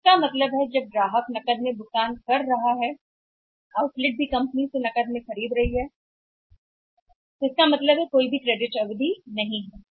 तो इसका मतलब है कि जब ग्राहक कैश में भुगतान कर रहा है आउटलेट भी कंपनी से नकद में खरीद रहा होगा इसलिए इसका मतलब है कोई क्रेडिट अवधि नहीं है